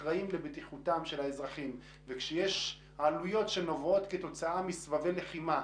אחראים לבטיחותם של האזרחים וכשיש עלויות שנובעות כתוצאה מסבבי לחימה,